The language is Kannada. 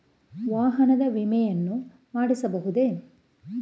ವಾಹನದ ವಿಮೆಯನ್ನು ಮಾಡಿಸಬಹುದೇ?